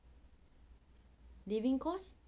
living costs